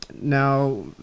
Now